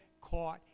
caught